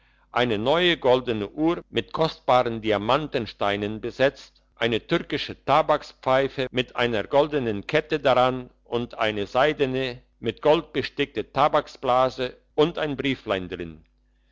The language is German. eine neue goldene uhr mit kostbaren demantsteinen besetzt eine türkische tabakspfeife mit einer goldenen kette daran und eine seidene mit gold gestickte tabaksblase und ein brieflein drin